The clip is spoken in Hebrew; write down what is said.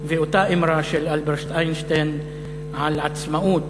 ואותה אמרה של אלברט איינשטיין על עצמאות